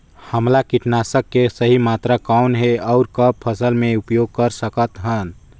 हमला कीटनाशक के सही मात्रा कौन हे अउ कब फसल मे उपयोग कर सकत हन?